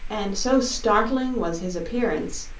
and so startling was his appearance,